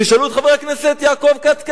תשאלו את חבר הכנסת יעקב כץ,